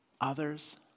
others